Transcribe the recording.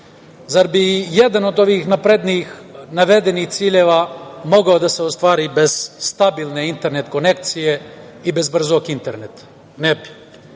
zar bi i jedan od ovih navedenih ciljeva mogao da se ostvari bez stabilne internet konekcije i bez brzog interneta? Ne bi.